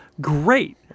great